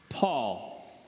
Paul